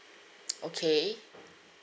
okay